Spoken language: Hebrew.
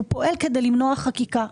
הוא פועל כדי למנוע חקיקה.